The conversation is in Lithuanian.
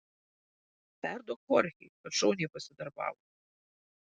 perduok chorchei kad šauniai pasidarbavo